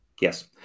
Yes